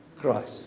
Christ